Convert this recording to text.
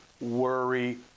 worry